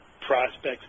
prospects